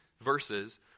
verses